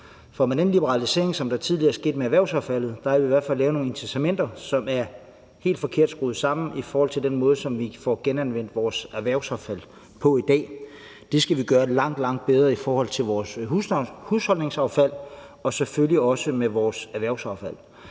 for med den liberalisering, som der tidligere skete med erhvervsaffaldet, har vi i hvert fald lavet nogle incitamenter, som er helt forkert skruet sammen i forhold til den måde, som vi får genanvendt vores erhvervsaffald på i dag. Det skal vi gøre langt, langt bedre i forhold til vores husholdningsaffald og selvfølgelig også med vores erhvervsaffald.